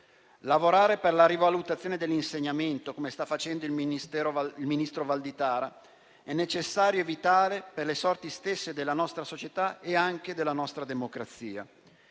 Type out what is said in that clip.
Lavorare per la rivalutazione dell'insegnamento, come sta facendo il ministro Valditara, è necessario e vitale per le sorti stesse della nostra società e anche della nostra democrazia.